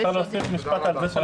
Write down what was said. הישיבה ננעלה בשעה 12:20.